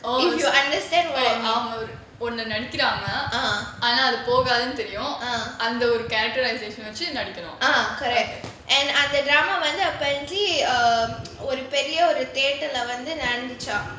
if you understand what I mean ah ah ah correct and the drama ஒன்னு நெனைக்கிறாங்க ஆனா அது போகாதுனு தெரியும் அந்த:onnu nenaikiraanga aana athu pogaathunu teriyum antha character வச்சி நடிக்கனும்:vachi nadikkanum apparently um பெரிய ஒரு:periya oru the theatre leh வந்து நடந்துச்சாம்:vanthu nadanthuchaam